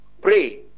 pray